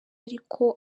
ariko